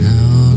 Now